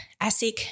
ASIC